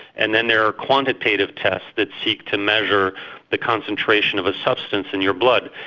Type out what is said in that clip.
and then there are quantitative tests, that seek to measure the concentration of a substance in your blood.